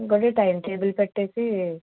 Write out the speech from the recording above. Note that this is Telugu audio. ఇంకోకటి టైం టేబుల్ పెట్టి